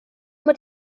mod